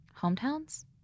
Hometowns